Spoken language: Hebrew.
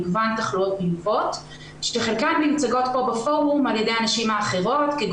28 שנים שלכאבים לא מוסברים, של ייסורים,